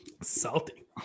Salty